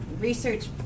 research